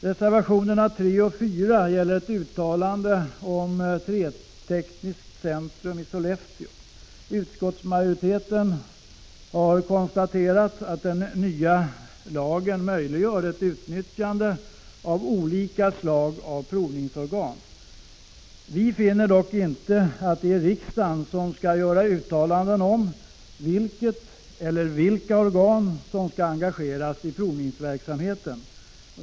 Reservationerna 3 och 4 gäller ett uttalande om trätekniskt centrum i Skellefteå. Utskottsmajoriteten har konstaterat att den nya lagen möjliggör ett utnyttjande av olika slag av provningsorgan. Vi finner dock inte att det är riksdagen som skall göra uttalande om vilket eller vilka organ som skall engageras i provningsverksamheten.